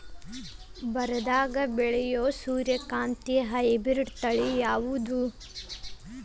ಬರದಾಗ ಬೆಳೆಯೋ ಸೂರ್ಯಕಾಂತಿ ಹೈಬ್ರಿಡ್ ತಳಿ ಯಾವುದು?